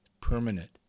permanent